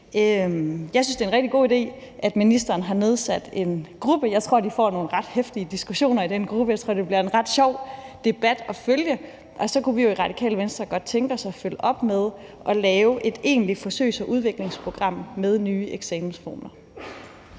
Jeg synes, det er en rigtig god idé, at ministeren har nedsat en gruppe. Jeg tror, de får nogle ret heftige diskussioner i den gruppe. Jeg tror, det bliver en ret sjov debat at følge. Og så kunne vi i Radikale Venstre godt tænke os at følge op med at lave et egentlig forsøgs- og udviklingsprogram med nye eksamensformer.